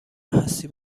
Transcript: هستی